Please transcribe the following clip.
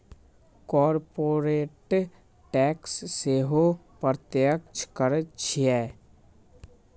corporate tax सेहो प्रत्यक्ष कर छियै